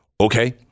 Okay